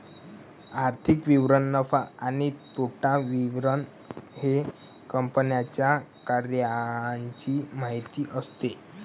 आर्थिक विवरण नफा आणि तोटा विवरण हे कंपन्यांच्या कार्याची माहिती असते